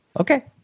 Okay